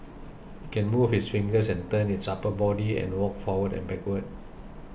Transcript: it can move its fingers and turn its upper body and walk forward and backward